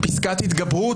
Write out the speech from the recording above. פסקת התגברות.